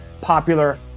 popular